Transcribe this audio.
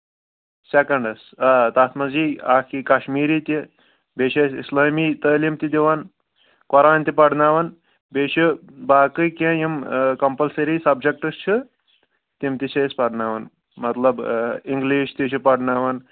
سٮ۪کنٛڈَس آ تَتھ منٛز یی اَکھ یی کشمیٖری تہِ بیٚیہِ چھِ أسۍ اِسلٲمی تٲلیٖم تہِ دِوان قرآن تہِ پرناوان بیٚیہِ چھِ باقٕے کینٛہہ یِم کَمپلسٔری سَبجَکٹٕس چھِ تِم تہِ چھِ أسۍ پرناوان مطلب اِنٛگلِش تہِ چھِ پرناوان